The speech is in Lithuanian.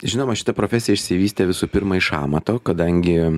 žinoma šita profesija išsivystė visų pirma iš amato kadangi